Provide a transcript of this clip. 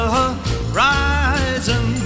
horizon